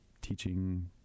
teaching